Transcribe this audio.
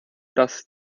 das